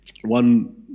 one